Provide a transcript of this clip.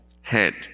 head